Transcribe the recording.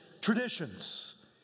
Traditions